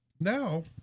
Now